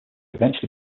eventually